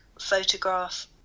photograph